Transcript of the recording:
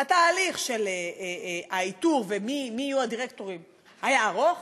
התהליך של האיתור ומי יהיו הדירקטורים היה ארוך,